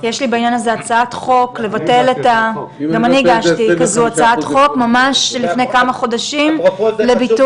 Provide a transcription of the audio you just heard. הגשתי הצעת חוק לפני כמה חודשים בעניין הזה.